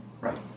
right